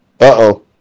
Uh-oh